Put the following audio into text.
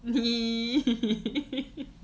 !ee!